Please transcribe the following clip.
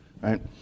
Right